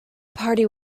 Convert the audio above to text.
party